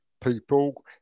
people